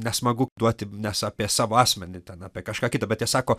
nesmagu duoti nes apie savo asmenį ten apie kažką bet jie sako